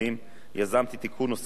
יזמתי תיקון נוסף לפקודה,